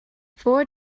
four